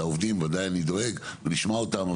אני דואג לעובדים שעוד נשמע אותם.